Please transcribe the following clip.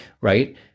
right